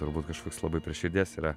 turbūt kažkoks labai prie širdies yra